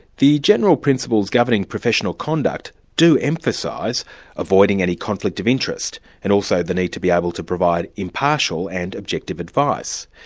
the general principles governing professional conduct do emphasise avoiding any conflict of interest and also the need to be able to provide impartial and objective advice.